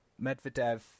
Medvedev